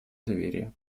доверие